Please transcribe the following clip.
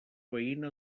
veïna